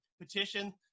petition